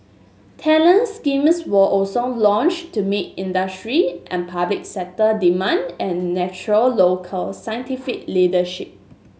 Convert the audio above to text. talent schemes were also launched to meet industry and public sector demand and nurture local scientific leadership